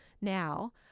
now